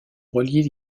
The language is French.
relier